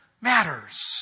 matters